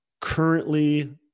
currently